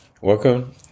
welcome